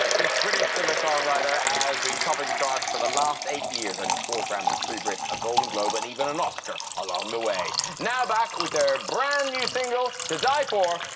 british singer-songwriter has been top of the charts for the last eight years, earning four grammies, three brits, a golden globe and even an oscar along the way. now back with their brand new single, to die for,